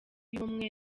y’ubumwe